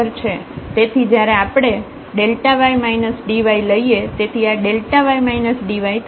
તેથી જયારે આપણે y dy લઈએ તેથી આ y dy થશે